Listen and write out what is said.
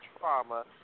trauma